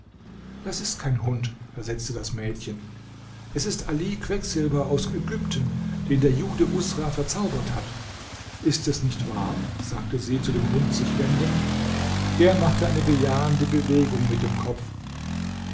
das ist kein hund versetzte das mädchen es ist ali quecksilber aus ägypten den der jude usra verzaubert hat ist es nicht wahr sagte sie zu dem hund sich wendend der machte eine bejahende bewegung mit dem kopf